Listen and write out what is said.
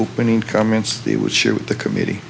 opening comments they would share with the committee